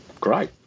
great